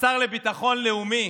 השר לביטחון לאומי,